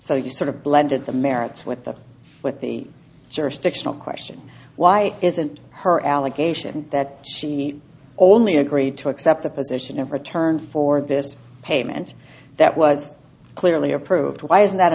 so you sort of blended the merits with the jurisdictional question why isn't her allegation that she only agreed to accept the position of return for this payment that was clearly approved why is